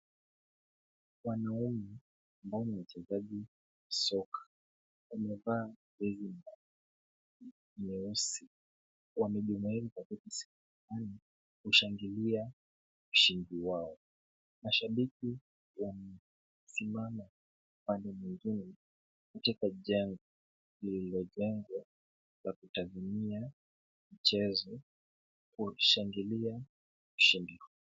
Wanaume, ambao ni wachezaji soka wamevaa, jezi nyeusi. Wamejumuika katika sehemu kushangilia ushindi wao. Mashabiki wamesimama upande mwingine katika jengo lililojengwa kwa kutathmia mchezo wakishangilia ushindi.